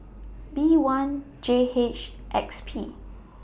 B one J H X P